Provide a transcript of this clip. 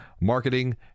marketing